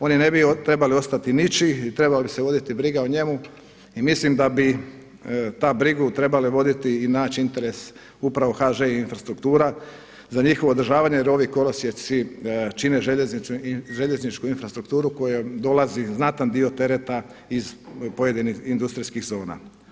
Oni ne bi trebali ostati ničiji, trebali bi se voditi briga o njemu i mislim da bi ta brigu trebale voditi i naći interes upravo HŽ Infrastruktura za njihovo održavanje jer ovi kolosijeci čine željezničku infrastrukturu kojom dolazi znatan dio tereta iz pojedinih industrijskih zona.